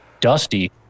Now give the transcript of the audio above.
dusty